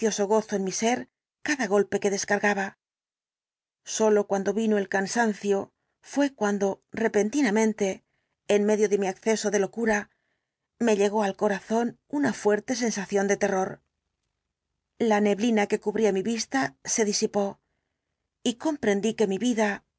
gozo en mi ser cada golpe que descargaba sólo cuando vino el cansancio explicación completa del caso fué cuando repentinamente en medio de mi acceso de locura me llegó al corazón una fuerte sensación de terror la neblina que cubría mi vista se disipó y comprendí que mi vida